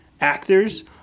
actors